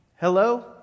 Hello